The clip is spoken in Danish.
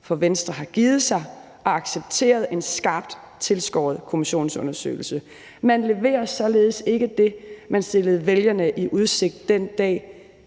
for Venstre har givet sig og accepteret en skarpt tilskåret kommissionsundersøgelse. Man leverer således ikke det, man stillede vælgerne i udsigt den dag